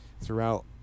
throughout